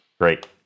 Great